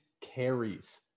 carries